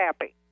happy